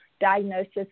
diagnosis